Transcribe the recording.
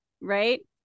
right